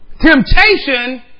Temptation